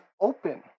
open